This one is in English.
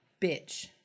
bitch